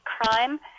crime